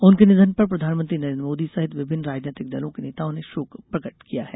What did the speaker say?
उनके निधन पर प्रधानमंत्री नरेद्र मोदी सहित विभिन्न राजनैतिक दलों के नेताओं ने शोक प्रकट किया है